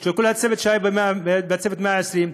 של כל הצוות שהיה בצוות 120,